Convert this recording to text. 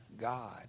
God